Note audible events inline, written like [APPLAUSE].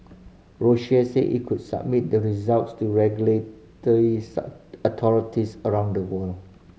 Roche said it could submit the results to regulatory [UNINTELLIGIBLE] authorities around the world